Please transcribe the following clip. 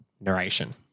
narration